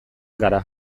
gara